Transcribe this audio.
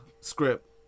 script